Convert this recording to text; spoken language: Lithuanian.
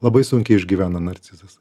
labai sunkiai išgyvena narcizas